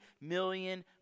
million